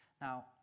Now